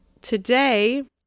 today